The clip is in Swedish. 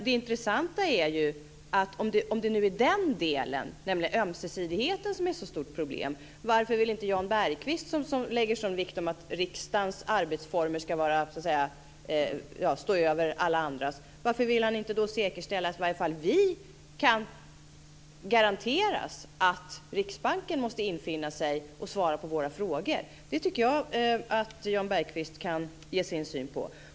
Det intressanta är: Om det nu är den delen, alltså ömsesidigheten, som är ett så stort problem, varför vill då inte Jan Bergqvist, som lägger sådan vikt vid att riksdagens arbetsformer ska stå över alla andras, säkerställa att i alla fall vi kan garanteras att Riksbanken måste infinna sig och svara på våra frågor? Det tycker jag att Jan Bergqvist kan ge sin syn på.